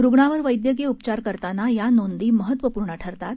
रुग्णावर वैदयकीय उपचार करताना या नोंदी महत्वपूर्ण ठरतात